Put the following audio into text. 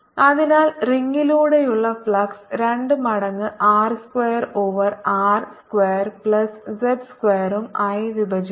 അതിനാൽ റിംഗിലൂടെയുള്ള ഫ്ലക്സ് 2 മടങ്ങ് R square over R square plus z സ്ക്വയറും ആയി വിഭജിക്കുന്നു